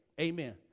Amen